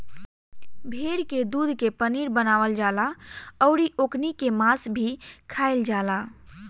भेड़ के दूध के पनीर बनावल जाला अउरी ओकनी के मांस भी खाईल जाला